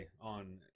on